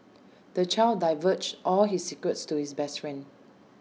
the child divulged all his secrets to his best friend